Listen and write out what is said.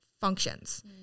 functions